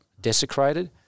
desecrated